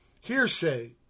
Hearsay